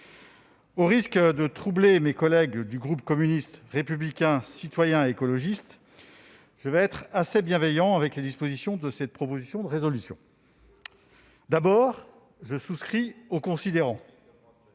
au risque de troubler mes collègues du groupe communiste républicain citoyen et écologiste, je vais être assez bienveillant avec les dispositions de cette proposition de résolution. D'abord, je souscris aux considérants